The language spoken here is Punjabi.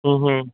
ਹੂੰ ਹੂੰ